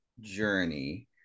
journey